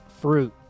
Fruit